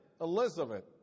Elizabeth